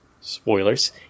Spoilers